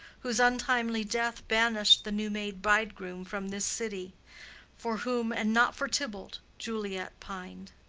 whose untimely death banish'd the new-made bridegroom from this city for whom, and not for tybalt, juliet pin'd.